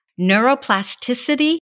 Neuroplasticity